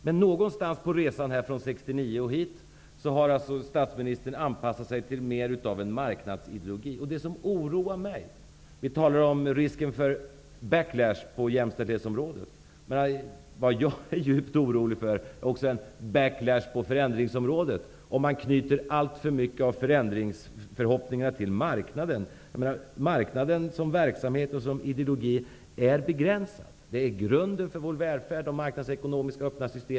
Men någonstans på resan från 1969 och hit har statsministern anpassat sig till mera av marknadsideologi. Det som oroar mig djupt -- vi talar om risken för backlash på jämställdhetsområdet -- är en backlash på förändringsområdet om alltför mycket av förhoppningar om förändringar knyts till marknaden. Marknaden som verksamhet och ideologi är begränsad. De marknadsekonomiska öppna systemen är grunden för välfärden.